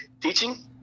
teaching